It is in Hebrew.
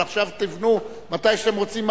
אבל עכשיו תבנו מתי שאתם רוצים,